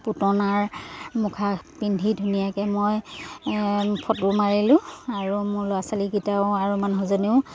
পুটনাৰ মুখা পিন্ধি ধুনীয়াকে মই ফটো মাৰিলোঁ আৰু মোৰ ল'ৰা ছোৱালীকেইটাও আৰু মানুহজনেও